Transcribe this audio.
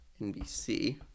NBC